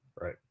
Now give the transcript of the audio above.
Right